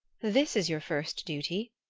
this is your first duty.